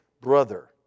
brother